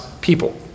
people